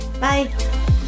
Bye